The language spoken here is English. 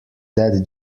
that